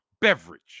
beverage